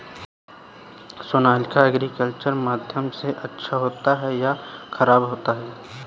Sonalika agriculture माध्यम से अच्छा होता है या ख़राब होता है?